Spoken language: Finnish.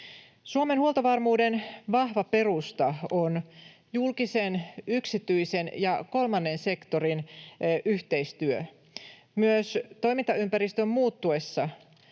Suomen huoltovarmuuden vahva perusta on julkisen, yksityisen ja kolmannen sektorin yhteistyö. Myös toimintaympäristön muuttuessa,